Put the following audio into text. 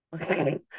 Okay